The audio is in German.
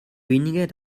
weniger